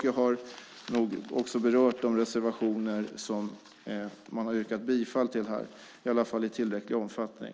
Jag har också berört de reservationer som man här har yrkat bifall till, i varje fall i tillräcklig omfattning.